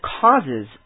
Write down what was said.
causes